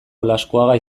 olaskoaga